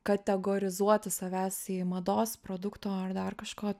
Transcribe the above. kategorizuoti savęs į mados produkto ar dar kažko